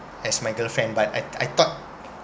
as my girlfriend but I I thought